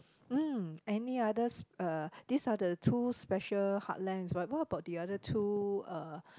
mm any other s~ uh these are the two special heartlands right what about the other two uh